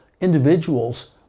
individuals